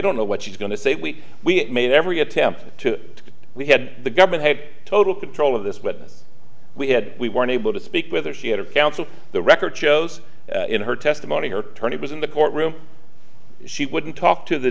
don't know what she's going to say we we made every attempt to we had the government had total control of this witness we had we weren't able to speak with her she had her counsel the record shows in her testimony her turn it was in the courtroom she wouldn't talk to the